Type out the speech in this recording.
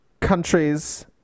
countries